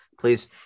Please